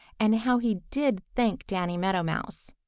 and how he did thank danny meadow mouse!